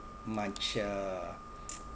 much a